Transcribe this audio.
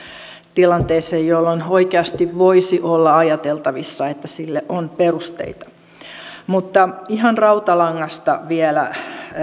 tilanteeseen jolloin oikeasti voisi olla ajateltavissa että sille on perusteita mutta ihan rautalangasta vielä